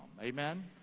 amen